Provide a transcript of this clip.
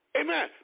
Amen